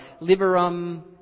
liberum